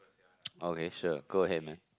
okay sure go ahead man